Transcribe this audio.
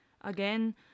Again